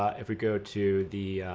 ah if we go to the